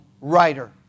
writer